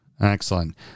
Excellent